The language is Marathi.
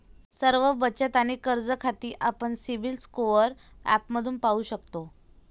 सर्व बचत आणि कर्ज खाती आपण सिबिल स्कोअर ॲपमध्ये पाहू शकतो